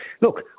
look